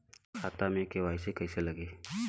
खाता में के.वाइ.सी कइसे लगी?